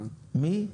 אני חושב.